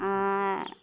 ᱟᱨ